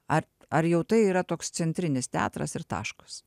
ar ar jau tai yra toks centrinis teatras ir taškas